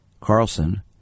Carlson